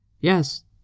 Yes